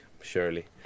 surely